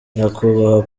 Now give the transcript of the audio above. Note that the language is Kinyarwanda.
nyakubahwa